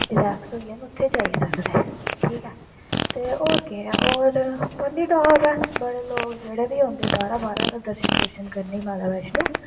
relax होई जान उत्थें जाई सकदा ऐ ठीक ऐ ते होर केह् होर पत्नीटॉप ऐ बड़े लोक जेह्ड़े बी औंदे बाह्रा बाह्रा दा दर्शन दुर्शन करने गी माता बैश्नो